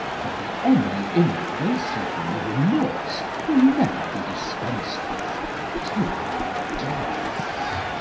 by any innovation or remorse will never be dispens'd with till our deaths.